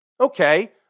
Okay